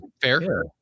fair